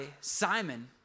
Simon